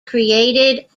created